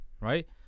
right